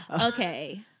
Okay